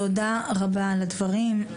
תודה רבה על הדברים.